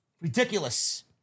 Ridiculous